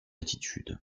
attitude